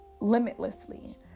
limitlessly